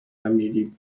emile